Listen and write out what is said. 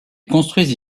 construisent